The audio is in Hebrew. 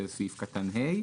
שזה סעיף קטן (ה),